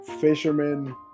fishermen